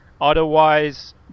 otherwise